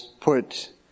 put